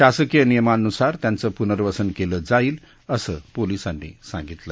शासकीय नियमांनुसार त्यांचं पुर्नवसन केलं जाईल असं पोलिसांनी सांगितलं